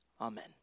Amen